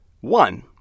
One